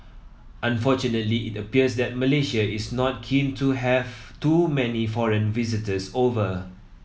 unfortunately it appears that Malaysia is not keen to have too many foreign visitors over